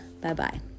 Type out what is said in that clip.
Bye-bye